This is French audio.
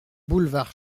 boulevard